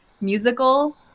musical